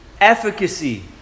efficacy